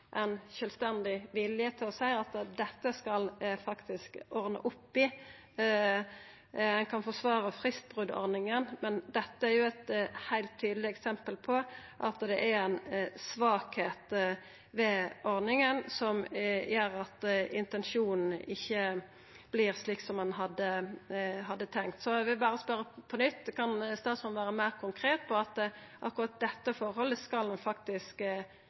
ein sjølvstendig vilje til å seia at dette skal han faktisk ordna opp i. Ein kan forsvara fristbrotordninga, men dette er jo eit heilt tydeleg eksempel på at det er ei svakheit ved ordninga som gjer at det ikkje vert slik som ein hadde intensjon om. Så eg vil berre spørja på nytt: Kan statsråden vera meir konkret på at akkurat dette forholdet skal han faktisk